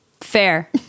Fair